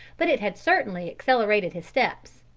but it had certainly accelerated his steps.